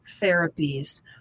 therapies